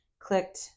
clicked